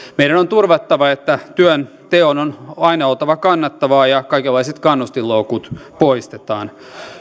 meidän on turvattava että työnteon on oltava aina kannattavaa ja kaikenlaiset kannustinloukut poistetaan